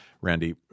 Randy